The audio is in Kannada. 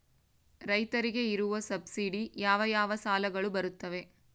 ರೈತರಿಗೆ ಇರುವ ಸಬ್ಸಿಡಿ ಯಾವ ಯಾವ ಸಾಲಗಳು ಬರುತ್ತವೆ?